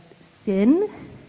sin